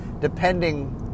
depending